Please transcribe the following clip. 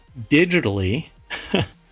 digitally